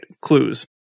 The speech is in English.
clues